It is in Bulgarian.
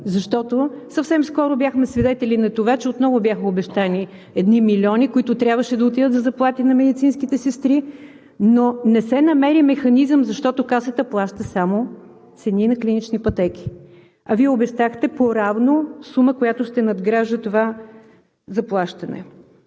защото съвсем скоро бяхме свидетели на това, че отново бяха обещани едни милиони, които трябваше да отидат за заплати на медицинските сестри, но не се намери механизъм, защото Касата плаща само цени на клинични пътеки. А Вие обещахте поравно сума, която ще надгражда това заплащане.